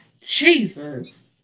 Jesus